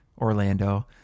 Orlando